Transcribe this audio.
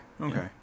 okay